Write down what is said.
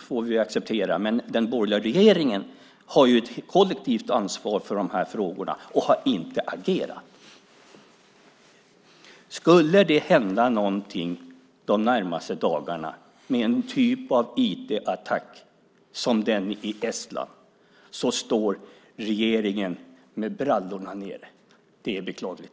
får vi acceptera, men den borgerliga regeringen har ett kollektivt ansvar för dessa frågor och har inte agerat. Skulle det hända någonting de närmaste dagarna, till exempel en IT-attack liknande den i Estland, står regeringen med brallorna nere. Det är beklagligt!